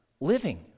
living